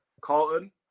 Carlton